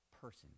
person